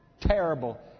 terrible